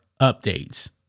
updates